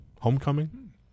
homecoming